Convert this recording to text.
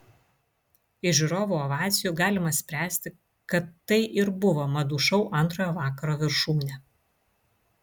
iš žiūrovų ovacijų galima spręsti kad tai ir buvo madų šou antrojo vakaro viršūnė